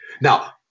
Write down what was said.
now